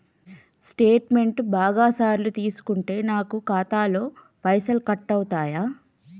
Statement బాగా సార్లు తీసుకుంటే నాకు ఖాతాలో పైసలు కట్ అవుతయా?